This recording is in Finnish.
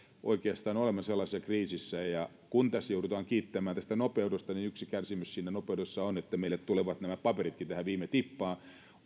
oikeastaan kun olemme sellaisessa kriisissä ja kun tässä joudutaan kiittämään tästä nopeudesta niin yksi kärsimys siinä nopeudessa on että meille tulevat nämä paperitkin viime tippaan